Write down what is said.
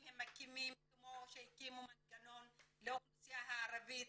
הם מקימים כמו שהקימו מנגנון לאוכלוסייה הערבית